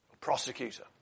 prosecutor